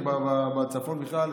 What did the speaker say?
ובצפון בכלל,